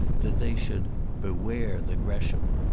that they should beware the gresham.